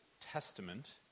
Testament